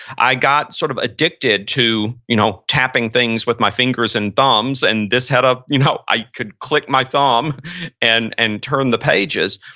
i got sort of addicted to you know tapping things with my fingers and thumbs and this head up you know i could click my thumb and and turn the pages.